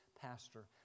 pastor